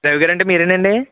రవి గారు అంటే మీరేనా అండి